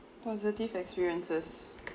positive experiences